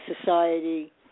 society